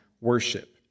worship